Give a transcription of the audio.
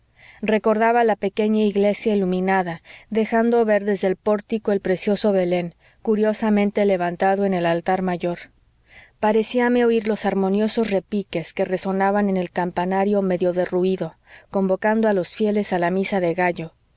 recordaba la pequeña iglesia iluminada dejando ver desde el pórtico el precioso belén curiosamente levantado en el altar mayor parecíame oir los armoniosos repiques que resonaban en el campanario medio derruido convocando a los fieles a la misa de gallo